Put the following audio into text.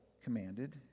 commanded